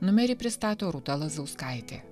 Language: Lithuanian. numerį pristato rūta lazauskaitė